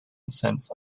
sense